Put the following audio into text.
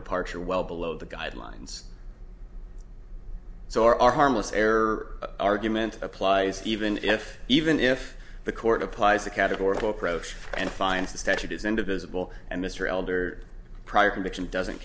departure well below the guidelines so are are harmless error argument applies even if even if the court applies a categorical approach and finds the statute is indivisible and mr elder prior conviction doesn't